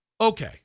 okay